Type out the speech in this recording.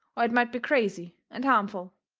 or it might be crazy and harmful.